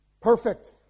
perfect